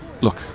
look